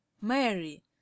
Mary